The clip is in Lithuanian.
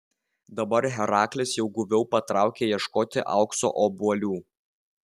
dabar heraklis jau guviau patraukė ieškoti aukso obuolių